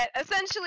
essentially